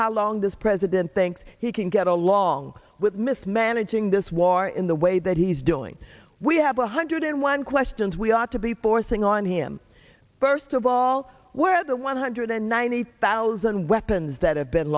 low young this president thinks he can get along with mismanaging this war in the way that he's doing we have a hundred and one questions we ought to be forcing on him first of all where are the one hundred and ninety thousand weapons that have been